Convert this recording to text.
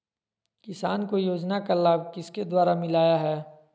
किसान को योजना का लाभ किसके द्वारा मिलाया है?